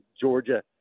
Georgia